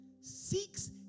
seeks